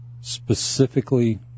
specifically